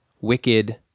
Wicked